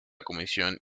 comisión